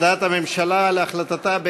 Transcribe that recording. הודעת הממשלה על החלטתה,